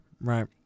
right